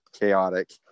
chaotic